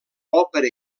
òpera